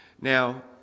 Now